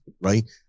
Right